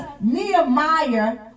Nehemiah